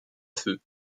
feu